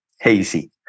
hazy